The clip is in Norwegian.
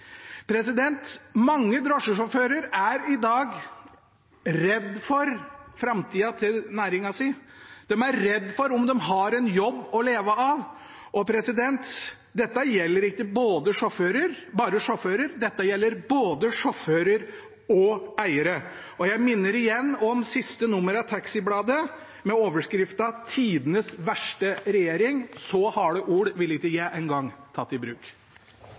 Mange drosjesjåfører er i dag redd for framtida til næringen sin. De er redd for om de har en jobb å leve av, og dette gjelder ikke bare sjåfører. Det gjelder både sjåfører og eiere. Jeg minner igjen om siste nummer av Bladet TAXI med overskriften: «Tidenes verste regjering». Så harde ord ville ikke jeg engang tatt i bruk.